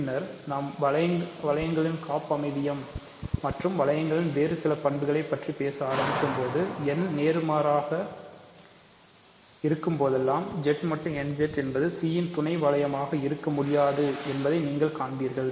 பின்னர் நாம் வளையங்களின் காப்பமைவியம் மற்றும் வளையங்களில் வேறு சில பண்புகளைப் பற்றி பேச ஆரம்பிக்கும்போது n நேர்மாறு யாக இருக்கும்போதெல்லாம் Z மட்டு n Z என்பது C இன் துணை வளையமாக இருக்க முடியாது என்பதை நீங்கள் காண்பீர்கள்